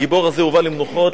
הגיבור הזה הובא למנוחות.